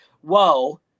whoa